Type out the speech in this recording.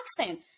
accent